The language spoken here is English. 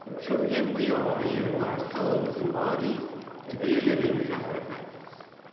through him we offer you our souls and bodies to be a living sacrifice.